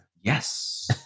Yes